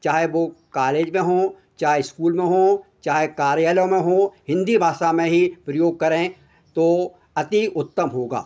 चाहे वे कालेज में हों चाहे इस्कूल में हों चाहे कार्यालयों में हों हिन्दी भाषा में ही प्रयोग करें तो अति उत्तम होगा